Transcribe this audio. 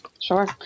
Sure